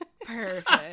Perfect